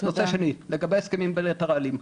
נושא שני, לגבי ההסכמים הבליטראליים.